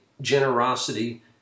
generosity